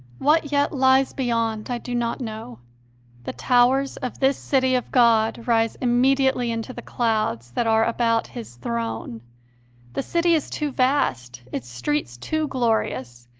what yet lies beyond i do not know the towers of this city of god rise immediately into the clouds that are about his throne the city is too vast, its streets too glorious,